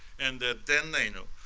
and then they know.